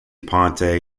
ponte